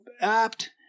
apt